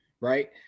right